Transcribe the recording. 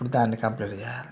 అప్పుడు దాన్ని కంప్లీట్ చేయాలి